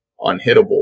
unhittable